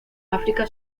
áfrica